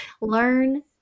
learn